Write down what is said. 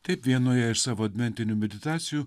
taip vienoje iš savo adventinių meditacijų